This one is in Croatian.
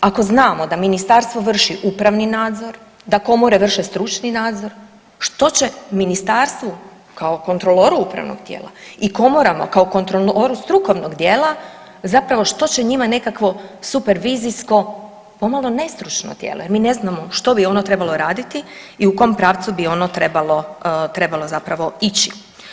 Ako znamo da da ministarstvo vrši upravni nadzor, da komore vrše stručni nadzor što će ministarstvu kao kontroloru upravnog tijela i komorama kao kontrolnog strukovnog dijela zapravo što će njima nekakvo supervizijsko pomalo nestručno tijelo, jer mi ne znamo što bi ono trebalo raditi i u kom pravcu bi ono trebalo zapravo ići.